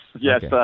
Yes